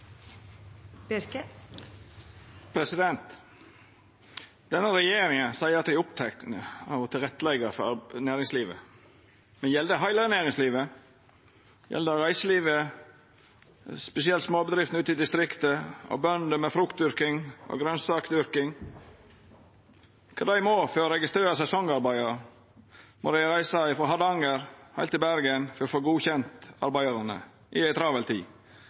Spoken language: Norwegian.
til alle. Denne regjeringa seier at ho er oppteken av å leggja til rette for næringslivet. Men gjeld det heile næringslivet? Gjeld det reiselivet, spesielt småbedriftene ute i distriktet, og bønder med fruktdyrking og grønsaksdyrking? Kvar må dei reisa for å registrera sesongarbeidarar? Må dei reisa frå Hardanger og heilt til Bergen for å få godkjent arbeidarane i ei